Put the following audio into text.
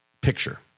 picture